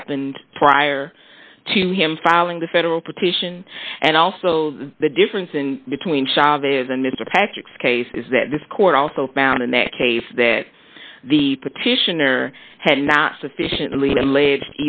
happened prior to him filing the federal petition and also the difference in between chavez and mr patrick's case is that this court also found in that case that the petitioner had not sufficiently laid eithe